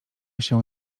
się